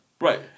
Right